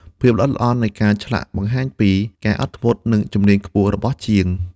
ភាពល្អិតល្អន់នៃការឆ្លាក់បង្ហាញពីការអត់ធ្មត់ និងជំនាញខ្ពស់របស់ជាង។